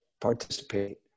participate